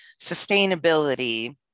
sustainability